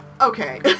Okay